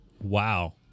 Wow